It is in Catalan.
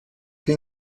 que